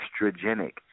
estrogenic